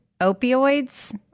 opioids